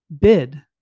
bid